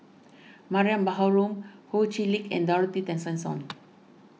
Mariam Baharom Ho Chee Lick and Dorothy Tessensohn